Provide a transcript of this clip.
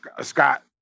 Scott